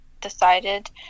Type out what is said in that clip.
decided